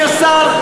אדוני השר,